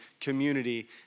community